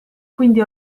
quindi